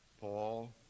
Paul